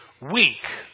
weak